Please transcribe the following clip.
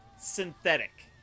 synthetic